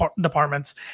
departments